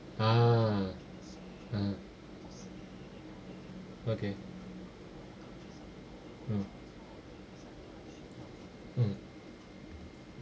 ah ah okay mm mm